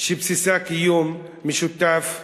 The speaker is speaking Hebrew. שבסיסה קיום משותף ושוויוני.